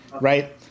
right